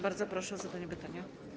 Bardzo proszę o zadanie pytania.